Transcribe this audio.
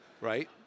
Right